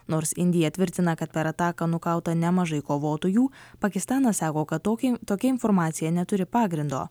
nors indija tvirtina kad per ataką nukauta nemažai kovotojų pakistanas sako kad tokį tokia informacija neturi pagrindo